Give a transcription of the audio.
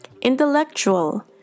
Intellectual